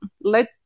let